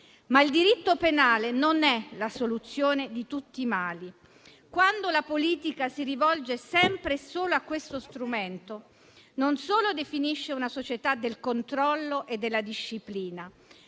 Ma il diritto penale non è la soluzione di tutti i mali. Quando la politica si rivolge sempre e solo a questo strumento, non solo definisce una società del controllo e della disciplina,